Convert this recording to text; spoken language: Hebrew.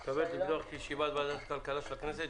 אני מתכבד לפתוח את ישיבת ועדת הכלכלה של הכנסת,